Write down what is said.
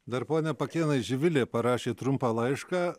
dar pone pakėnai živilė parašė trumpą laišką